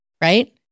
right